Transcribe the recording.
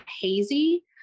hazy